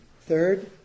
Third